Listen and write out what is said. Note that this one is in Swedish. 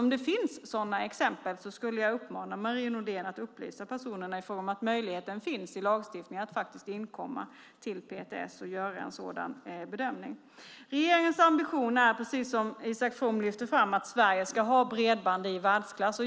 Om det finns sådana exempel skulle jag uppmana Marie Nordén att upplysa personerna i fråga om att möjligheten finns i lagstiftningen att inkomma till PTS med en begäran om en sådan bedömning. Regeringens ambition är, precis som Isak From lyfter fram, att Sverige ska ha bredband i världsklass.